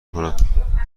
کنم